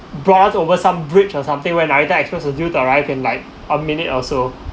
brought over some bridge or something when narita express was due to arrive in like a minute also